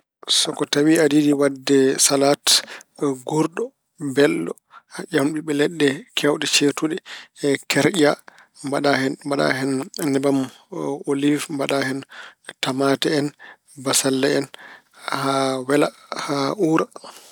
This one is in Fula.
So ko tawi aɗa yiɗi defde salaat nguurɗo, mbelɗo, a ƴeewan ɓiɓɓe leɗɗe keewɗe ceertuɗe kerƴa, mbaɗa hen. Mbaɗa hen nebam oliiw, mbaɗa hen tamaate en, bassalle en, haa wela, uura.